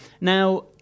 Now